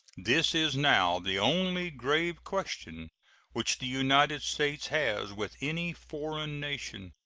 this is now the only grave question which the united states has with any foreign nation.